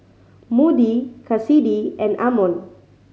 Moody Kassidy and Amon